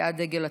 סיעת דגל התורה,